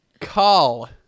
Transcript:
call